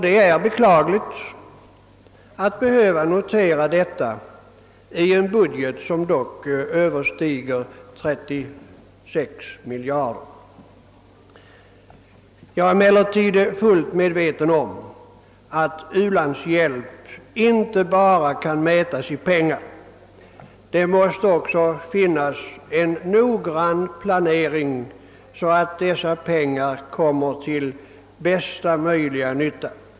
Det är beklagligt att behöva notera detta i en budget som dock överstiger 36 miljarder kronor. Jag är emellertid fullt medveten om att u-landshjälp inte bara kan mätas i pengar. Det måste också finnas en noggrann planering, så att dessa pengar kommer till bästa möjliga nytta.